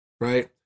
right